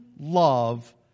love